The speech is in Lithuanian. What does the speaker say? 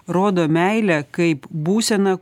rodo meilę kaip būseną